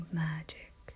magic